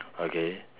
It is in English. okay